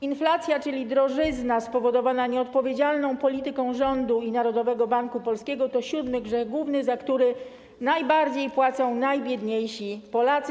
Inflacja, czyli drożyzna spowodowana nieodpowiedzialną polityką rządu i Narodowego Banku Polskiego, to siódmy grzech główny, za który najbardziej płacą najbiedniejsi Polacy.